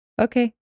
Okay